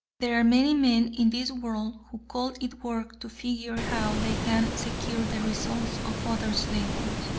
there are many men in this world who call it work to figure how they can secure the results of others' labor.